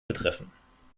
betreffen